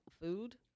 food